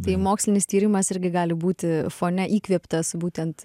tai mokslinis tyrimas irgi gali būti fone įkvėptas būtent